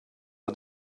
are